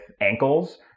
ankles